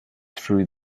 through